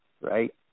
right